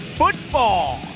football